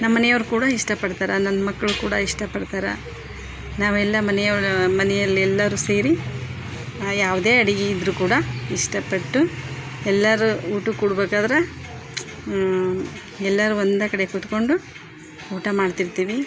ನಮ್ಮ ಮನೆಯವ್ರು ಕೂಡ ಇಷ್ಟ ಪಡ್ತಾರೆ ನನ್ನ ಮಕ್ಕಳು ಕೂಡ ಇಷ್ಟಪಡ್ತಾರೆ ನಾವೆಲ್ಲ ಮನೆಯವ್ರು ಮನೆಯಲ್ಲಿ ಎಲ್ಲರೂ ಸೇರಿ ಯಾವುದೇ ಅಡುಗೆ ಇದ್ದರೂ ಕೂಡ ಇಷ್ಟ ಪಟ್ಟು ಎಲ್ಲರೂ ಊಟಕ್ಕೆ ಕೂರ್ಬೇಕಾದ್ರೆ ಎಲ್ಲರು ಒಂದೇ ಕಡೆ ಕೂತ್ಕೊಂಡು ಊಟ ಮಾಡ್ತಿರ್ತೀವಿ